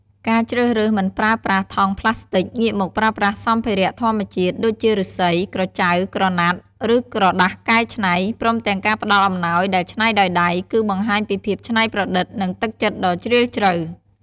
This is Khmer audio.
ការជ្រើសរើសមិនប្រើប្រាស់ថង់ប្លាស្ទិក ងាកមកប្រើប្រាស់សម្ភារៈធម្មជាតិ ដូចជាឫស្សី ក្រចៅ ក្រណាត់ ឬក្រដាសកែច្នៃ ព្រមទាំងការផ្តល់អំណោយដែលច្នៃដោយដៃ គឺបង្ហាញពីភាពច្នៃប្រឌិត និងទឹកចិត្តដ៏ជ្រាលជ្រៅ។